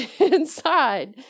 inside